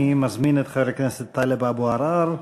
אני מזמין את חבר הכנסת טלב אבו עראר.